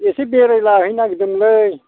एसे बेरायलाहैनो नागिरदोंमोनलै